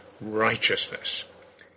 righteousness